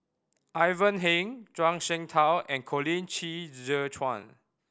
Ivan Heng Zhuang Shengtao and Colin Qi Zhe Quan